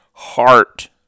heart